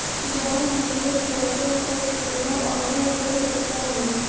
John Deere tractor पर कितना offer मिल सकता है?